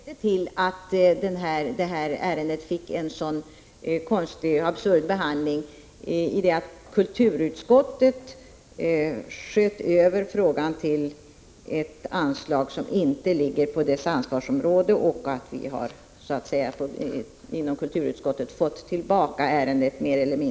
Herr talman! Talarordningen är ju sådan att jag redan tidigare har redogjort för de omständigheter som ledde till att detta ärende fick en så absurd behandling i det att kulturutskottet tog i anspråk ett anslag som inte ligger inom dess ansvarsområde. Kulturutskottet har alltså mer eller mindre fått tillbaka ärendet.